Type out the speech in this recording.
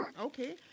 Okay